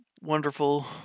wonderful